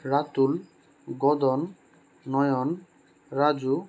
ৰাতুল উগদন নয়ন ৰাজু